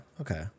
okay